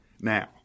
now